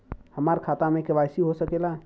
हमार खाता में के.वाइ.सी हो सकेला?